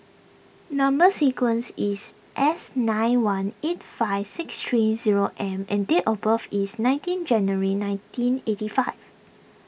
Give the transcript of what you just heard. Number Sequence is S nine one eight five six three zero M and date of birth is nineteen January nineteen eighty five